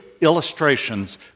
illustrations